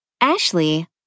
Ashley